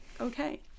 okay